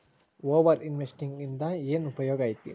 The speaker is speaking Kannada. ಓವರ್ ಇನ್ವೆಸ್ಟಿಂಗ್ ಇಂದ ಏನ್ ಉಪಯೋಗ ಐತಿ